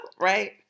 Right